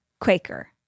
Quaker